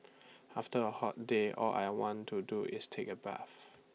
after A hot day all I want to do is take A bath